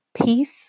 peace